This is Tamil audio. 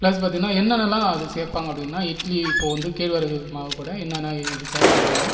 பிளஸ் பார்த்தீங்கன்னா என்னென்ன எல்லாம் அதில் சேர்ப்பாங்க பார்த்தீங்கன்னா இட்லி இப்போ கேழ்வரகு மாவு கூட என்னென்ன இது சேர்ப்போம் அப்படின்னால்